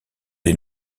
des